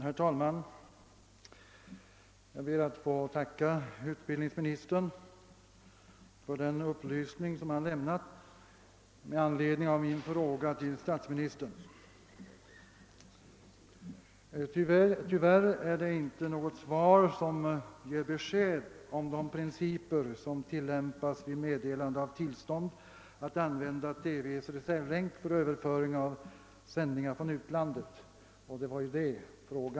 Herr talman! Jag ber att få tacka utbildningsministern för den upplysning han lämnat med anledning av min fråga till statsministern. Tyvärr ger inte svaret något besked om de principer som tillämpas vid meddelande av tillstånd att använda TV:s reservlänk för överföring av sändningar från utlandet, och det var ju det frågan gällde.